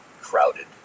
crowded